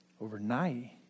overnight